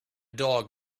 dog